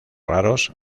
raros